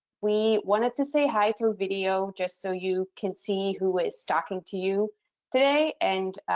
we wanted to say hi through video just so you can see who is talking to you today and